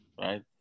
right